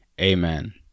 Amen